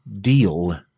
deal